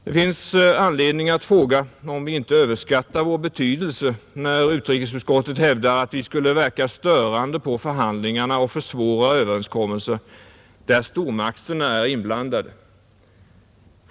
Det finns anledning att fråga, om vi inte överskattar vår betydelse, när utrikesutskottet hävdar att initiativ från vår sida skulle verka störande på förhandlingarna och försvåra överenskommelser där stormakterna är inblandade.